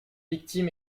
victime